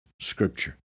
scripture